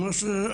אחד,